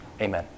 Amen